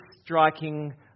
striking